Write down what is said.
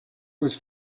was